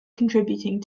contributing